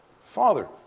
Father